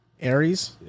Aries